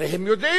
הרי הם יודעים.